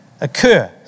occur